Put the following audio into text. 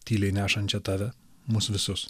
tyliai nešančią tave mus visus